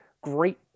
great